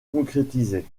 concrétisé